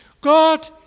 God